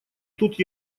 тут